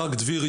ברק דביר,